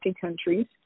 countries